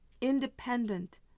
independent